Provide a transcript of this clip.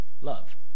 Love